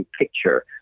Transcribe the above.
picture